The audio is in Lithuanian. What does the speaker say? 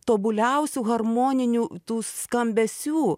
tobuliausių harmoninių tų skambesių